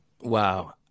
Wow